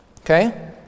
okay